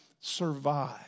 survive